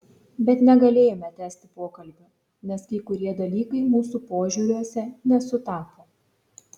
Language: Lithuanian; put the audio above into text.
bet negalėjome tęsti pokalbių nes kai kurie dalykai mūsų požiūriuose nesutapo